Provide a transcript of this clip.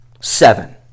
Seven